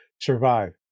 survive